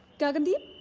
gagandeep.